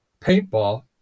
paintball